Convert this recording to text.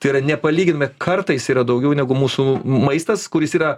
tai yra nepalyginami kartais yra daugiau negu mūsų maistas kuris yra